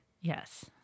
Yes